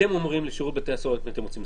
אתם אומרים לשירות בתי הסוהר את מי אתם רוצים.